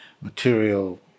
material